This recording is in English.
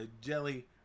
Jelly